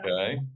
okay